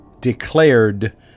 declared